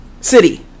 City